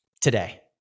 today